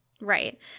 Right